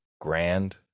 grand